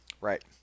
right